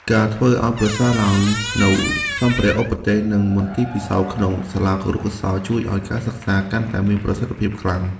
ការធ្វើឱ្យប្រសើរឡើងនូវសម្ភារៈឧបទេសនិងមន្ទីរពិសោធន៍ក្នុងសាលាគរុកោសល្យជួយឱ្យការសិក្សាកាន់តែមានប្រសិទ្ធភាពខ្លាំង។